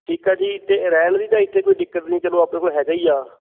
ਠੀਕ ਆ ਜੀ ਅਤੇ ਰਹਿਣ ਦੀ ਤਾਂ ਇੱਥੇ ਕੋਈ ਦਿੱਕਤ ਨਹੀਂ ਚਲੋ ਆਪਣੇ ਕੋਲ ਹੈਗਾ ਹੀ ਆ